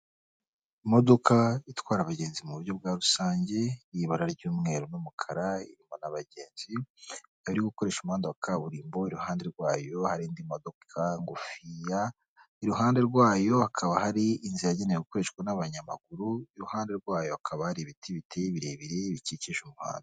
Imodoka itwara abagenzi mu buryo bwa rusange, y'ibara ry'umweru n'umukara irimo n'abagenzi, ikaba iri gukoresha umuhanda wa kaburimbo, iruhande rwayo hari indi modoka ngufiya, iruhande rwayo hakaba hari inzira yagenewe gukoreshwa n'abanyamaguru, iruhande rwayo hakaba hari ibiti biteye birebire bikikije umuhanda.